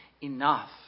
enough